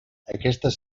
aquestes